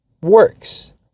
works